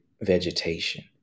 vegetation